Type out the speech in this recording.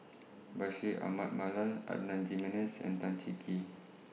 Bashir Ahmad Mallal Adan Jimenez and Tan Cheng Kee